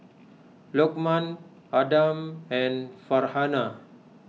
Lokman Adam and Farhanah